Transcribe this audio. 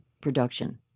production